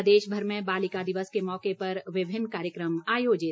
प्रदेशभर में बालिका दिवस के मौके पर विभिन्न कार्यक्रम आयोजित